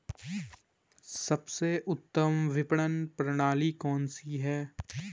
सबसे उत्तम विपणन प्रणाली कौन सी है?